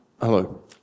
Hello